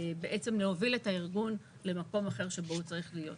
על מנת להוביל את הארגון למקום אחר שבו הוא צריך להיות.